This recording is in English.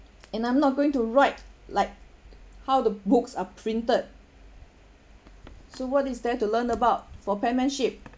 and I'm not going to write like how the books are printed so what is there to learn about for penmanship